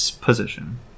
position